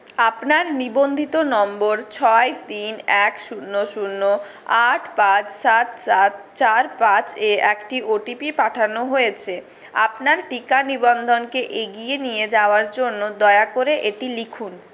আপনার নিবন্ধিত নম্বর ছয় তিন এক শূন্য শূন্য আট পাঁচ সাত সাত চার পাঁচে একটি ওটিপি পাঠানো হয়েছে আপনার টিকা নিবন্ধনকে এগিয়ে নিয়ে যাওয়ার জন্য দয়া করে এটি লিখুন